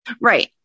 Right